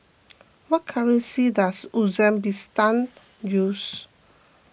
what currency does Uzbekistan use